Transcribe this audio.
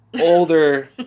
older